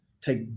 Take